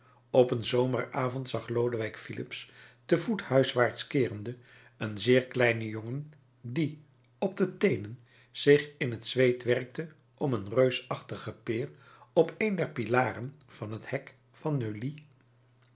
op een zomeravond zag lodewijk filips te voet huiswaarts keerende een zeer kleinen jongen die op de teenen zich in het zweet werkte om een reusachtige peer op een der pilaren van het hek van